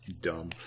dumb